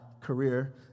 career